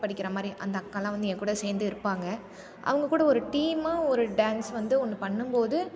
படிக்கிறமாதிரி அந்த அக்காலாம் வந்து ஏங்கூட சேர்ந்து இருப்பாங்க அவங்ககூட ஒரு டீம்மாக ஒரு டான்ஸ் வந்து ஒன்று பண்ணும்போது